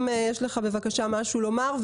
אם יש לך משהו לומר,